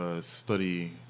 study